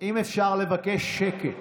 אם אפשר לבקש שקט.